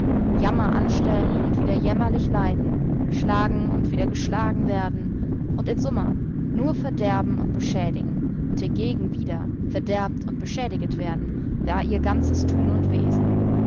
jammer anstellen und wieder jämmerlich leiden schlagen und wieder geschlagen werden und in summa nur verderben und beschädigen und hingegen wieder verderbt und beschädiget werden war ihr ganzes tun und wesen